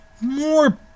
more